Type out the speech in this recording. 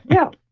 yeah,